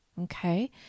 Okay